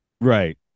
Right